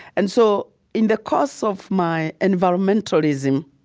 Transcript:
and so in the course of my environmentalism,